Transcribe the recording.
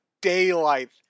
daylight